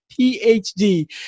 PhD